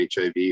HIV